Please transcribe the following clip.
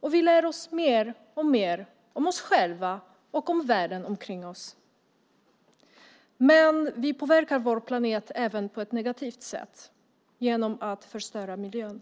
och vi lär oss mer och mer om oss själva och om världen omkring oss. Men vi påverkar vår planet även på ett negativt sätt genom att förstöra miljön.